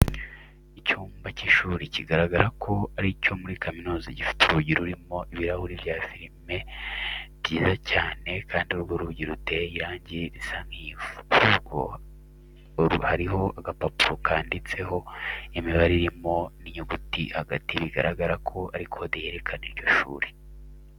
Icyumba cy'ishuri bigaragara ko ari icyo muri kaminuza gifite urugi rurimo ibirahuri bya fime byiza cyane kandi urwo rugi ruteye irangi risa nk'ivu. Kuri rwo hariho agapapuro kanditseho imibare irimo n'inyuguti hagati bigaragara ko ari kode yerekana iryo shuri.